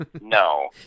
no